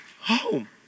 home